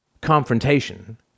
Confrontation